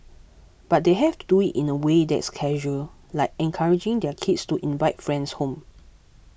but they have to do it in a way that's casual like encouraging their kids to invite friends home